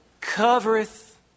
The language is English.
covereth